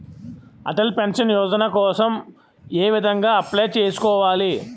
Atal pension Yojana కోసం ఏ విధంగా అప్లయ్ చేసుకోవాలి?